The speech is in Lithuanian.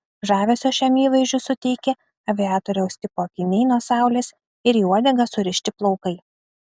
žavesio šiam įvaizdžiui suteikė aviatoriaus tipo akiniai nuo saulės ir į uodegą surišti plaukai